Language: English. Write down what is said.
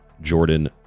Jordan